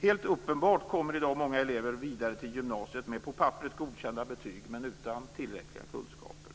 Helt uppenbart kommer i dag många elever vidare till gymnasiet med på papperet godkända betyg, men utan tillräckliga kunskaper.